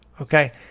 Okay